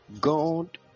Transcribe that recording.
God